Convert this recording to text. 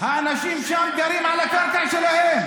האנשים שם גרים על הקרקע שלהם,